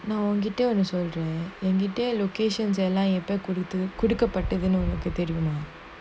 no detail is all there the detail and location எல்லாம்எப்போகொடுக்கப்பட்டதுனுஉனக்குதெரியுமா:ellam epo kodukapatathunu unaku theriuma